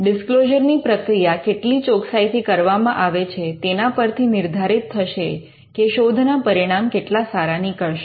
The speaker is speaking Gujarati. ડિસ્ક્લોઝર ની પ્રક્રિયા કેટલી ચોકસાઈથી કરવામાં આવે છે તેના પરથી નિર્ધારિત થશે કે શોધના પરિણામ કેટલા સારા નીકળશે